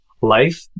life